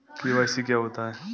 KYC क्या होता है?